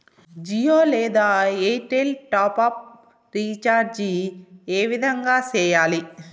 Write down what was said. జియో లేదా Airtel top up recharge ఏ విధంగా సేయాలి